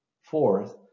Fourth